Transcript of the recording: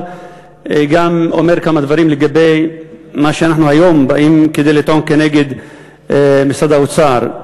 גם אומר כמה דברים לגבי מה שאנחנו היום באים לטעון כנגד משרד האוצר.